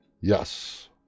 Yes